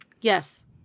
Yes